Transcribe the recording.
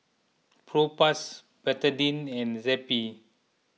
Propass Betadine and Zappy